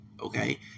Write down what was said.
Okay